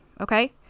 okay